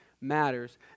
matters